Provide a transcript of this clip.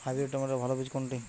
Hybrid টমেটোর ভালো বীজ কোনটি?